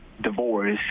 divorce